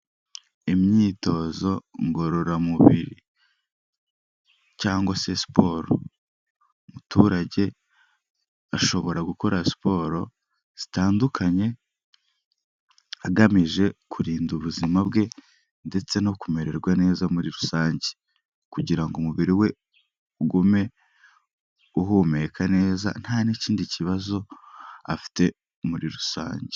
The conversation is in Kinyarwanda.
Imyitozo ngororamubiri, cyangwa se siporo, umuturage ashobora gukora siporo zitandukanye, agamije kurinda ubuzima bwe ndetse no kumererwa neza muri rusange, kugira ngo umubiri we ugume uhumeka neza, nta n'ikindi kibazo afite muri rusange.